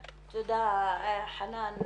תודה, חנאן.